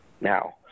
now